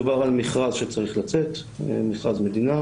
מדובר על מכרז שצריך לצאת, מכרז מדינה,